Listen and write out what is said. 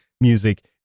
music